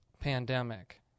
pandemic